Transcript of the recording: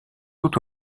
tout